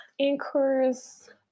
anchors